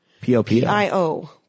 P-O-P-I-O